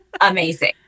amazing